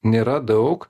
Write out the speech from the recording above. nėra daug